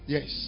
Yes